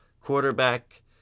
quarterback